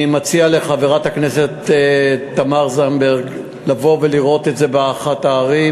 אני מציע לחברת הכנסת תמר זנדברג לבוא ולראות את זה באחת הערים.